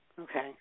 Okay